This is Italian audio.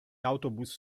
autobus